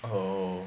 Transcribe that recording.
oh